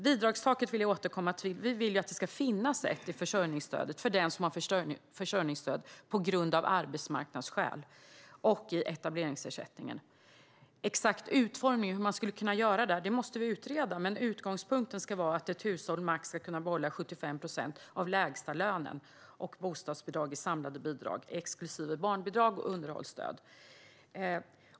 Jag vill återgå till frågan om bidragstaket. Vi vill att det ska finnas ett bidragstak i försörjningsstödet och etableringsersättningen för den som har försörjningsstöd av arbetsmarknadsskäl. Den exakta utformningen måste vi utreda. Men utgångspunkten ska vara att ett hushåll ska kunna behålla max 75 procent av lägstalönen och samlade bidrag, exklusive barnbidrag och underhållsstöd.